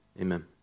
Amen